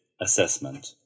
assessment